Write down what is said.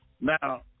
Now